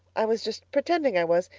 i was just pretending i was.